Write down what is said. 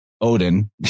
Odin